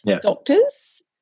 doctors